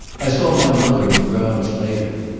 i saw my mother in the grounds later.